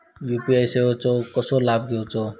UPI सेवाचो कसो लाभ घेवचो?